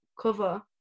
cover